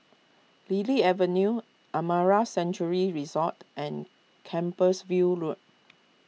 Lily Avenue Amara Sanctuary Resort and Compassvale Road